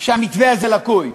שהמתווה הזה לקוי,